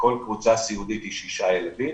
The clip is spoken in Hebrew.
כשכל קבוצה סיעודית היא שישה ילדים.